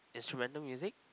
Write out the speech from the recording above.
instrumental music